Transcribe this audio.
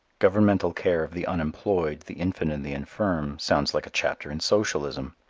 governmental care of the unemployed, the infant and the infirm, sounds like a chapter in socialism.